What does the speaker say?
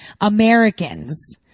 Americans